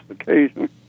occasion